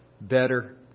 Better